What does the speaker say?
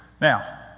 now